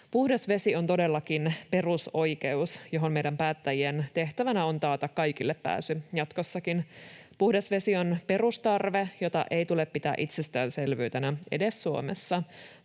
Puhdas vesi on todellakin perusoikeus, johon meidän päättäjien tehtävänä on taata kaikille pääsy jatkossakin. Puhdas vesi on perustarve, jota ei tule pitää itsestäänselvyytenä edes Suomessa.